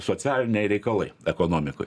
socialiniai reikalai ekonomikoj